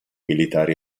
militari